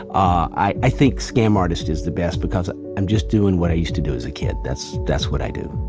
um i i think scam artist is the best i'm just doing what i used to do as a kid. that's that's what i do.